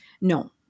No